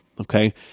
Okay